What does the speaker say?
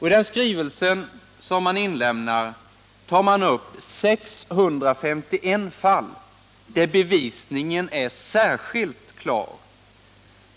I den skrivelse som inlämnades tar man upp 651 fall där bevisningen är särskilt klar.